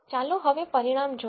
ચાલો હવે પરિણામ જોઈએ